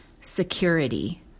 security